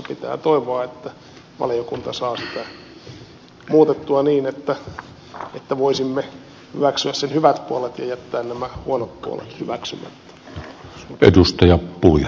pitää toivoa että valiokunta saa sitä muutettua niin että voisimme hyväksyä sen hyvät puolet ja jättää nämä huonot puolet hyväksymättä